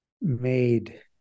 made